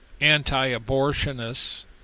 anti-abortionists